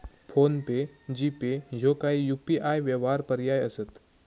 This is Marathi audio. फोन पे, जी.पे ह्यो काही यू.पी.आय व्यवहार पर्याय असत